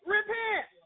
Repent